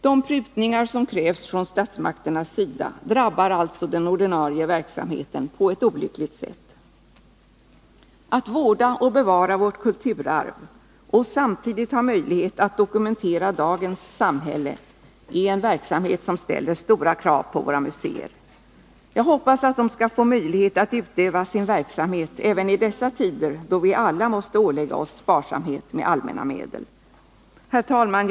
De prutningar som krävs från statsmakternas sida drabbar alltså den ordinarie verksamheten på ett olyckligt sätt. Att vårda och bevara vårt kulturarv och samtidigt ha möjlighet att dokumentera dagens samhälle är en verksamhet som ställer stora krav på våra museer. Jag hoppas att de skall få möjlighet att utöva sin verksamhet även i dessa tider, då vi alla måste ålägga oss sparsamhet med allmänna medel. Herr talman!